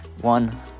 one